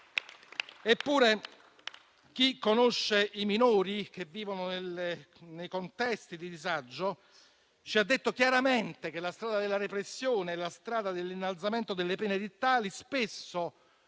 Eppure, chi conosce i minori che vivono nei contesti di disagio ci ha detto chiaramente che la strada della repressione, dell'innalzamento delle pene edittali, spesso